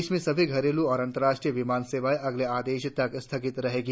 देश में सभी घरेलू और अंतर्राष्ट्रीय विमान सेवाएं अगले आदेश तक स्थगित रहेंगी